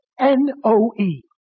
N-O-E